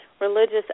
religious